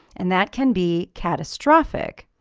and that can be catastrophic.